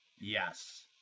Yes